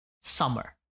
summer